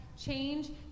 change